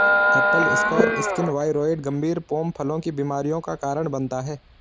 Apple scar skin viroid गंभीर pome फलों की बीमारियों का कारण बनता है